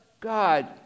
God